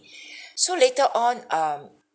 so later on um